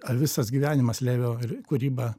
ar visas gyvenimas levio kūryba